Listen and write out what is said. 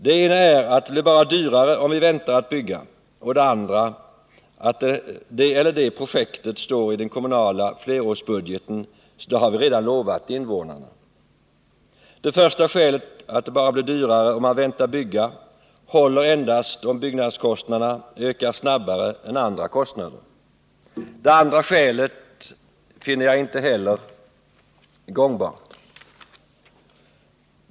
Det ena är att det bara blir dyrare om vi väntar med att bygga och det andra att det eller det projektet står i den kommunala flerårsbudgeten, så det har vi redan lovat invånarna. Det första skälet, att det bara blir dyrare om man väntar med att bygga, håller endast om byggnadskostnaderna ökar snabbare än andra kostnader. Det andra skälet finner jag inte heller gångbart.